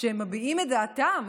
כשהם מביעים את דעתם,